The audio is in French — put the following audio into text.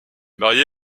marié